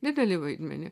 didelį vaidmenį